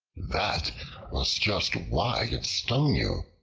that was just why it stung you,